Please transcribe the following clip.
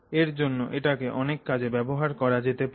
এর জন্য এটাকে অনেক কাজে ব্যাবহার করা যেতে পারে